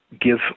give